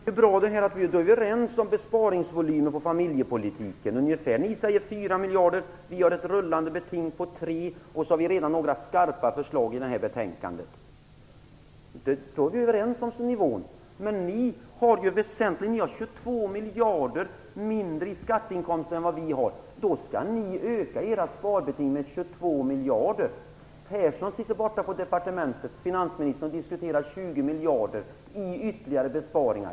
Herr talman! Det är bra att vi är överens om besparingsvolymen inom familjepolitiken. Ni säger 4 miljarder, och vi har ett rullande beting på 3 miljarder. Sedan har vi redan några skarpa förslag i det här betänkandet. Då är vi överens om nivån, men ni har 22 miljarder mindre i skatteinkomster än vad vi har. Då måste ni öka ert sparbeting med 22 miljarder. Finansminister Göran Persson sitter borta på Finansdepartementet och diskuterar 20 miljarder i ytterligare besparingar.